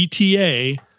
ETA